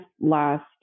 last